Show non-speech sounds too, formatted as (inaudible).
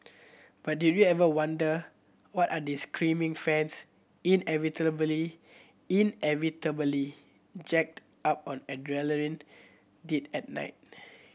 but did you ever wonder what are these creaming fans (unintelligible) inevitably jacked up on adrenaline did at night